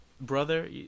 brother